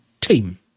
team